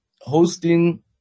hosting